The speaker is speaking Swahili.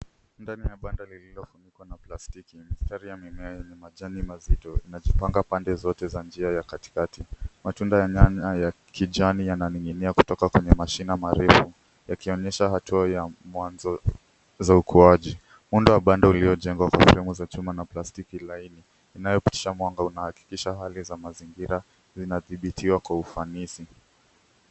Ndani ya banda lililofunikwa na plastiki, mistari ya mimea yenye majani mazito. inajipanga pande zote za njia ya katikati. Matunda ya nyanya ya kijani yananing’inia kutoka kwenye mashina marefu, yakionyesha hatua ya mwanzo ya ukuaji. Muundo wa banda uliojengwa umejengwa kwa fremu za chuma na plastiki laini, inayopitisha mwanga unaohakikisha hali za mazingira zinadhibitiwa kwa ufanisi.